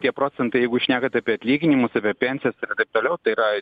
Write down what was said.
tie procentai jeigu šnekat apie atlyginimus apie pensijas ir taip toliau tai yra